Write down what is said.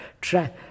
try